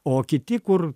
o kiti kur